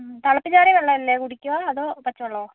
ഉം തിളപ്പിച്ചാറിയ വെളളവല്ലേ കുടിക്കുക അതോ പച്ച വെള്ളവോ